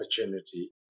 opportunity